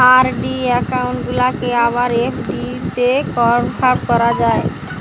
RD account গুলাকে আবার এফ.ডিতে কনভার্ট করা যায়